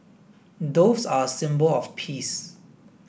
doves are a symbol of peace